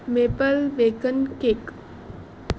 maple bacon cake